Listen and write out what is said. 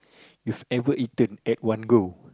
you have ever eaten at one go